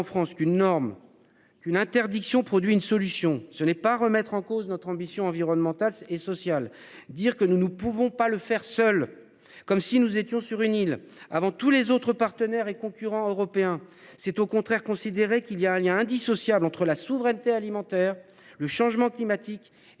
France qu'une norme qu'une interdiction produit une solution ce n'est pas remettre en cause notre ambition environnementale et sociale. Dire que nous ne pouvons pas le faire seul. Comme si nous étions sur une île avant tous les autres partenaires et concurrents européens. C'est au contraire considérer qu'il y a un lien indissociable entre la souveraineté alimentaire. Le changement climatique et